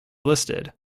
listed